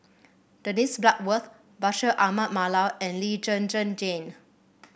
Dennis Bloodworth Bashir Ahmad Mallal and Lee Zhen Zhen Jane